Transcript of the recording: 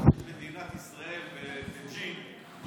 מדינת ישראל בבייג'ינג,